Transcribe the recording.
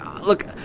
look